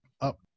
up